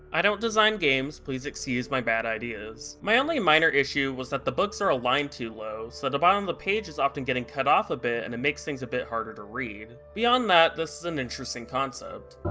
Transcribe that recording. i don't design games, please excuse my bad ideas. my only minor issue was that the books are aligned too low, so the bottom of the page is often getting cut off a bit and it makes things a bit harder to read. beyond that, this is an interesting concept.